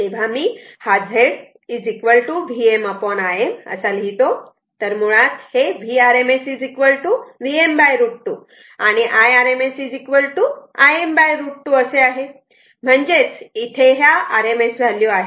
तेव्हा मी हा Z Vm Im असा लिहितो तर मुळात हे Vrms Vm √ 2 आणि Irms Im √ 2 असे आहे म्हणजेच हे RMS व्हॅल्यू आहेत